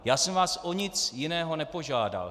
Já jsem vás o nic jiného nepožádal.